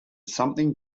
something